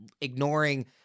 Ignoring